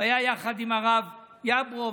הוא היה יחד עם הרב יברוב,